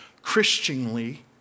Christianly